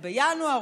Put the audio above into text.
או בינואר,